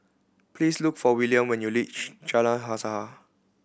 please look for William when you reach Jalan Usaha